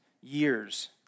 years